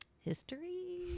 history